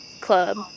Club